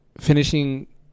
finishing